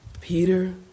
Peter